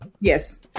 Yes